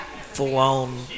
full-on